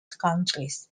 countries